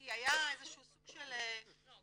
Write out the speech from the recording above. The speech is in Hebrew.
כי היה איזה שהוא סוג של --- לא,